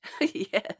Yes